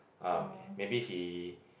ah maybe he